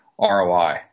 ROI